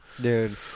Dude